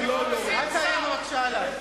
אל תאיים עלי בבקשה.